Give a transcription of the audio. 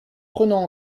prenant